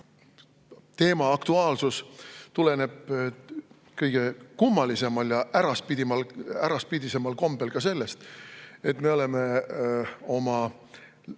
teema aktuaalsus tuleneb kõige kummalisemal ja äraspidisemal kombel ka sellest, et me oleme oma